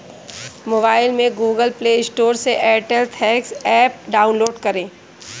mobile में Google play store से Airtel thanks app download करें